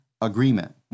agreement